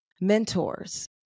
mentors